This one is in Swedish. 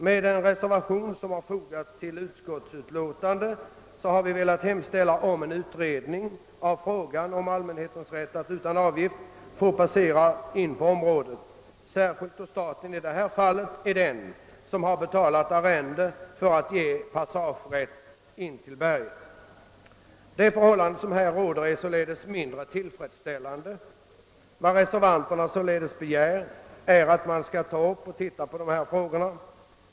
Med den reservation, som fogats till utskottsutlåtandet, har vi velat hemställa om utredning av frågan om allmänhetens rätt att utan avgift få passera in på området, särskilt som staten i detta fall har betalat arrende för att ge passagerätt fram till berget. De förhållanden som här råder är således mindre tillfredsställande. Vad reservanterna begär är att man skall ta upp dessa frågor till granskning.